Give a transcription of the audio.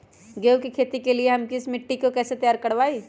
गेंहू की खेती के लिए हम मिट्टी के कैसे तैयार करवाई?